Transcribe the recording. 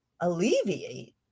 alleviate